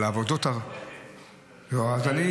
עשייה מבורכת.